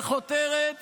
טוב, שחותרת